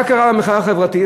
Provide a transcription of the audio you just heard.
מה קרה במחאה החברתית?